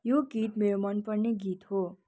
यो गीत मेरो मनपर्ने गीत हो